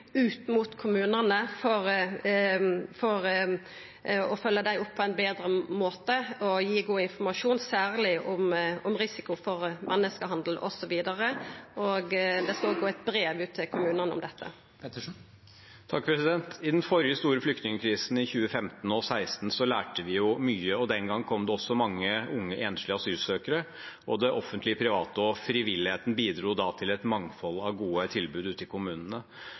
ut mot kommunane, for å følgja dei opp på ein betre måte og gi god informasjon, særleg om risiko for menneskehandel osv. Det skal òg gå ut eit brev til kommunane om dette. Det blir oppfølgingsspørsmål – først Tage Pettersen. I den forrige store flyktningkrisen i 2015 og 2016 lærte vi mye. Den gang kom det også mange unge enslige asylsøkere, og det offentlige, private og frivilligheten bidro da til et mangfold av gode tilbud ute i kommunene.